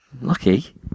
Lucky